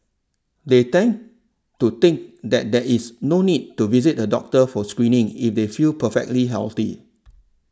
they tend to think that there is no need to visit a doctor for screening if they feel perfectly healthy